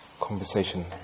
conversation